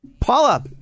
Paula